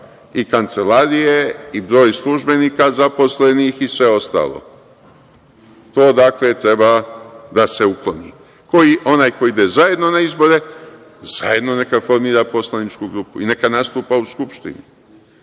i kancelarije i broj službenika zaposlenih i sve ostalo, to, dakle, treba da se ukloni. Onaj ko ide zajedno na izbore zajedno neka formira poslaničku grupu i neka nastupa u Skupštini,